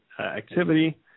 activity